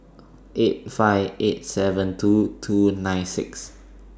eight five eight seven two two nine six